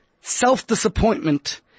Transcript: self-disappointment